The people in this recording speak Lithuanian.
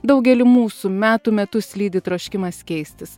daugelį mūsų metų metus lydi troškimas keistis